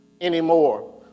anymore